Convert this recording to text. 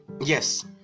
Yes